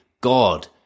God